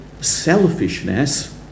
selfishness